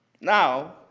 Now